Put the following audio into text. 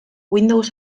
windows